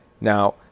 Now